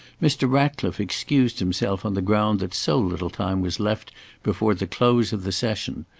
mr. ratcliffe excused himself on the ground that so little time was left before the close of the session.